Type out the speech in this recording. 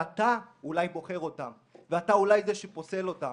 ואתה אולי בוחר אותן ואתה אולי זה שפוסל אותן.